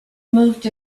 moved